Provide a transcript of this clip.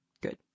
good